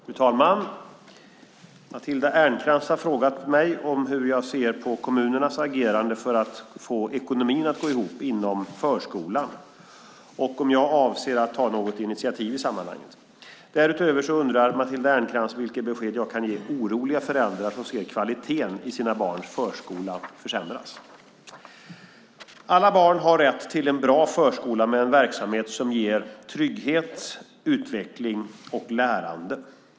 Fru talman! Matilda Ernkrans har frågat mig hur jag ser på kommunernas agerande för att få ekonomin att gå ihop inom förskolan och om jag avser att ta något initiativ i sammanhanget. Därutöver undrar Matilda Ernkrans vilket besked jag kan ge oroliga föräldrar som ser kvaliteten i sina barns förskola försämras. Alla barn har rätt till en bra förskola med en verksamhet som ger trygghet, utveckling och lärande.